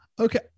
Okay